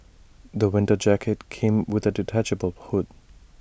the winter jacket came with A detachable hood